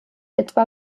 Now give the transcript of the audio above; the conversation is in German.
etwa